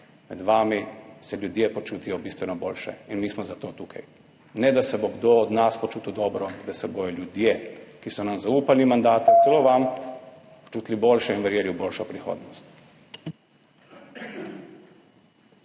počuti, ljudje počutijo bistveno boljše. In mi smo tukaj zato, ne da se bo kdo od nas počutil dobro, ampak, da se bodo ljudje, ki so nam zaupali mandate, celo vam, počutili boljše in verjeli v boljšo prihodnost.